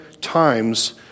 times